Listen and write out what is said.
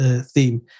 theme